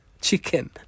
chicken